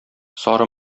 сары